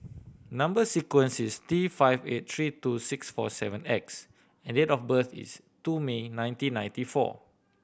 number sequence is T five eight three two six four seven X and date of birth is two May nineteen ninety four